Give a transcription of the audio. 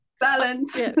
balance